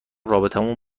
رابطمون